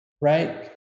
Right